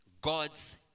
God's